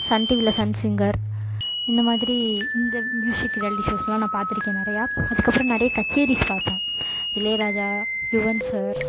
Sun டிவியில் Sun singer இந்த மாதிரி இந்த மியூஷிக் ரியாலிட்டி ஷோஸ்லாம் நான் பார்த்துருக்கேன் நிறையா அதுக்கப்புறம் நிறைய கச்சேரி பார்ப்பேன் இளையராஜா யுவன் சார்